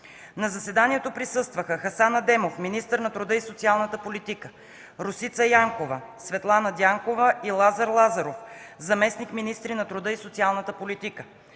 На заседанието присъстваха: Хасан Адемов – министър на труда и социалната политика, Росица Янкова, Светлана Дянкова и Лазар Лазаров – заместник министри на труда и социалната политика;